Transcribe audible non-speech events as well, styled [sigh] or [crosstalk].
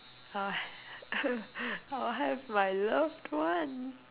[laughs] I will have my loved one